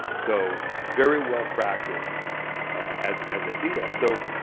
so very well-practiced as as they do that. so